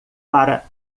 para